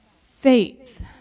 faith